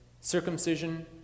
circumcision